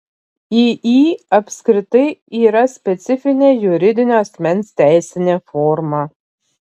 iį apskritai yra specifinė juridinio asmens teisinė forma